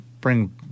bring